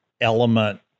element